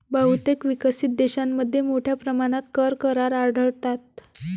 बहुतेक विकसित देशांमध्ये मोठ्या प्रमाणात कर करार आढळतात